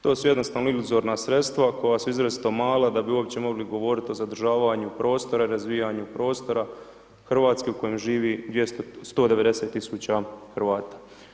To su jednostavno iluzorna sredstva koja su izrazito mala da bi uopće mogli govorit o zadržavanju prostora i razvijanju prostora Hrvatske u kojem živi 190.000 Hrvata.